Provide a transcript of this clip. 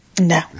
No